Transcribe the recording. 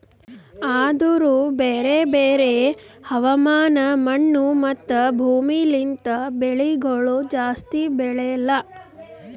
ಆದೂರು ಬ್ಯಾರೆ ಬ್ಯಾರೆ ಹವಾಮಾನ, ಮಣ್ಣು, ಮತ್ತ ಭೂಮಿ ಲಿಂತ್ ಬೆಳಿಗೊಳ್ ಜಾಸ್ತಿ ಬೆಳೆಲ್ಲಾ